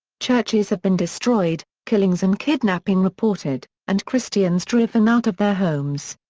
churches have been destroyed, killings and kidnapping reported, and christians driven out of their homes.